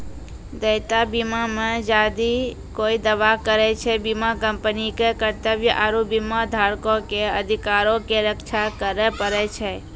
देयता बीमा मे जदि कोय दावा करै छै, बीमा कंपनी के कर्तव्य आरु बीमाधारको के अधिकारो के रक्षा करै पड़ै छै